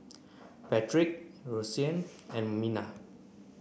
Patric Roseanne and Mina